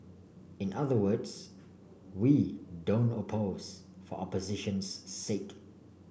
in other words we don't oppose for opposition's sake